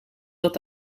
dat